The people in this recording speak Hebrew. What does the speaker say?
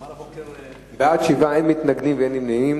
בעד, 7, אין מתנגדים ואין נמנעים.